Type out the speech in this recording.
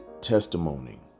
testimony